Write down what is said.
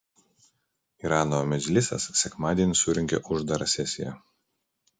irano medžlisas sekmadienį surengė uždarą sesiją